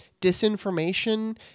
disinformation